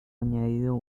añadido